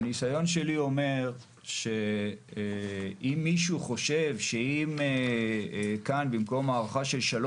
הניסיון שלי אומר שאם מישהו חושב שאם במקום הארכה של 3